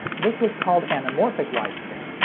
this was called anamorphic widescreen,